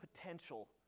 potential